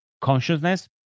consciousness